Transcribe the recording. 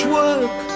work